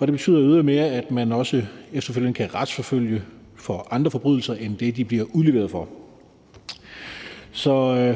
det betyder ydermere, at man også efterfølgende kan retsforfølge for andre forbrydelser end dem, de bliver udleveret for. Så